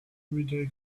everyday